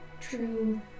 True